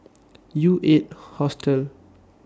U eight Hostel